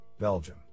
Belgium